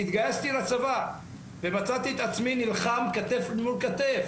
התגייסתי לצבא ומצאתי את עצמי משרת כתף אל כתף